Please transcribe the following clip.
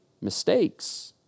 mistakes